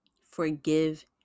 Forgive